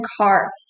car